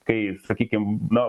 kai sakykim na